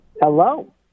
Hello